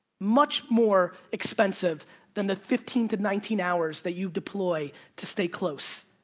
much more expensive than the fifteen to nineteen hours that you deploy to stay close,